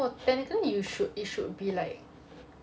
technically you should it should be like